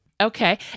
Okay